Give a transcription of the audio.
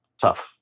Tough